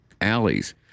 alleys